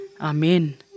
Amen